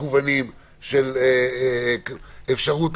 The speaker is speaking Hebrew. מקוונים ואפשרות